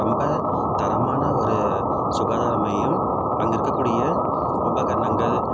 ரொம்ப தரமான ஒரு சுகாதார மையம் அங்கே இருக்கக்கூடிய உபகரணங்கள்